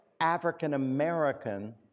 African-American